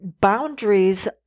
boundaries